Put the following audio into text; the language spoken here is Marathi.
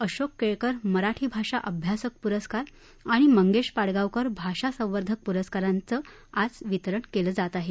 अशोक केळकर मराठी भाषा अभ्यासक प्रस्कार आणि मंगेश पाडगांवकर भाषा संवर्धक पुरस्कारांचं आज प्रदान केलं जात आहेत